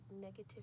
negative